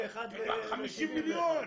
50 מיליון.